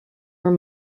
were